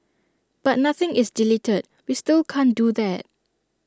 but nothing is deleted we still can't do that